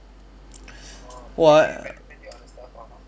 !whoa!